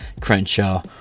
Crenshaw